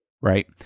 right